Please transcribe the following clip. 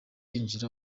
yinjira